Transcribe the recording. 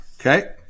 Okay